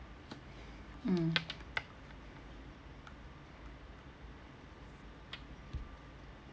mm